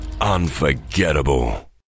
unforgettable